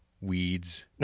Weeds